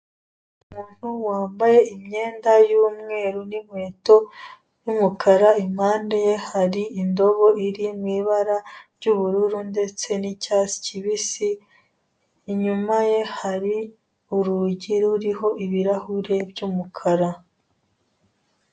Umuntu wambaye imyenda y'umweru n'inkweto z'umukara, impande ye hari indobo iri mu ibara ry'ubururu ndetse n'icyatsi kibisi, inyuma ye hari urugi ruriho ibirahure by'umukara.